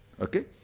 Okay